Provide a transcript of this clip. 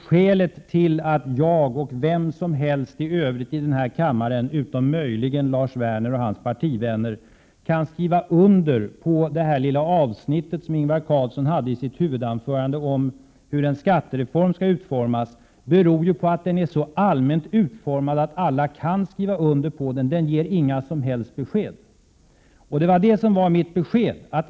Skälet till att jag och för övrigt vem som helst i denna kammare — utom möjligen Lars Werner och hans partivänner— kan instämma i det som sägs i det lilla avsnitt i Ingvar Carlssons huvudanförande som handlar om hur en skattereform skall utformas är att skrivningen är så allmänt utformad att vem som helst kan ansluta sig till den. Den ger ingen som helst information. Det var det som var mitt besked.